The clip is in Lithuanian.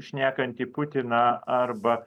šnekantį putiną arba